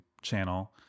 channel